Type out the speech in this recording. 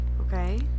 Okay